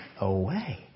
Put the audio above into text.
away